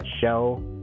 show